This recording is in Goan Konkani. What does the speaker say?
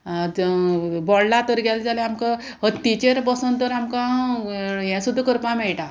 बोंडला तर गेले जाल्यार आमकां हत्तीचेर बसोन तर आमकां हें सुद्दां करपा मेयटा